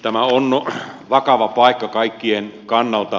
tämä on vakava paikka kaikkien kannalta